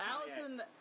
Allison